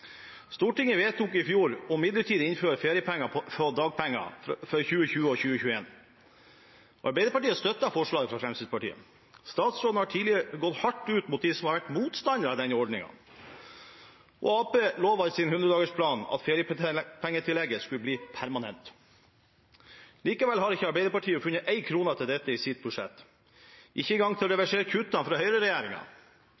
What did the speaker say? Stortinget vedtok i fjor midlertidig å innføre feriepenger på dagpenger for 2020 og 2021. Arbeiderpartiet støttet forslaget fra Fremskrittspartiet. Statsråden har tidligere gått hardt ut mot dem som har vært motstandere av denne ordningen, og Arbeiderpartiet lovet i sin hundredagersplan at feriepengetillegget skulle bli permanent. Likevel har ikke Arbeiderpartiet funnet én krone til dette i sitt budsjett – ikke engang til å